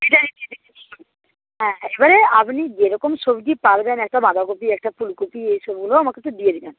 হ্যাঁ এবারে আপনি যেরকম সবজি পারবেন একটা বাঁধাকপি একটা ফুলকপি এইসবগুলোও আমাকে একটু দিয়ে দেবেন